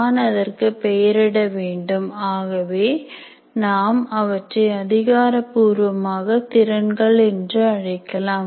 நான் அதற்கு பெயரிட வேண்டும் ஆகவே நாம் அவற்றை அதிகாரபூர்வமாக திறன்கள் என்று அழைக்கலாம்